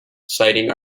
citing